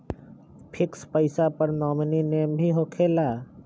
Fix पईसा पर nominee name भी होकेला?